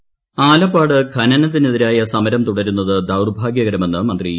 P Jayarajan Alappad ഖനനത്തിനെതിരായ സമരം തുടരുന്നത് ദൌർഭാഗ്യകരമെന്ന് മന്ത്രി ഇ